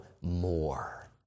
more